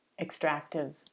extractive